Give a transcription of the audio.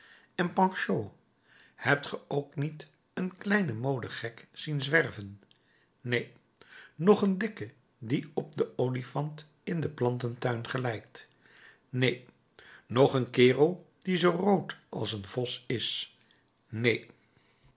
en panchaud hebt ge er ook niet een kleinen modegek zien zwerven neen noch een dikken die op den olifant in den plantentuin gelijkt neen noch een kerel die zoo rood als een vos is neen